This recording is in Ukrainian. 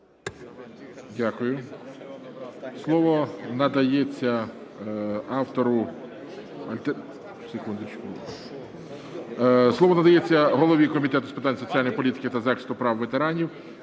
автору… Слово надається голові Комітету з питань соціальної політики та захисту прав ветеранів